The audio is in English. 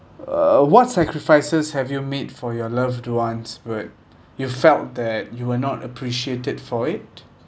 uh what sacrifices have you made for your loved ones but you felt that you were not appreciated for it